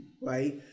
right